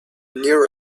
near